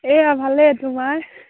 এইয়া ভালে তোমাৰ